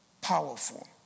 powerful